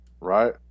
Right